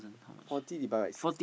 forty divided by six